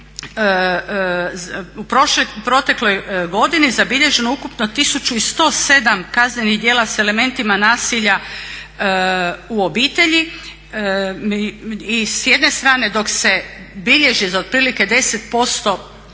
jer je u protekloj godini zabilježeno ukupno 1107 kaznenih djela sa elementima nasilja u obitelji. I s jedne strane dok se bilježi od prilike 10%